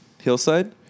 Hillside